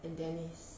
and dennis